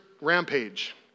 rampage